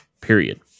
period